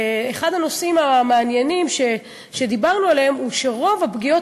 אחד הנושאים המעניינים שדיברנו עליהם הוא שרוב הפגיעות